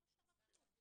היא לא שווה כלום.